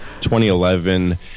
2011